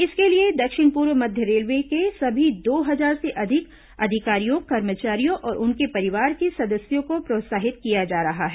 इसके लिए दक्षिण पूर्व मध्य रेलवे के सभी दो हजार से अधिक अधिकारियों कर्मचारियों और उनके परिवार के सदस्यों को प्रोत्साहित किया जा रहा है